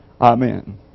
Amen